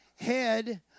head